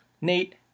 Nate